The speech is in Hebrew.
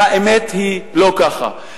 והאמת היא שזה לא כך.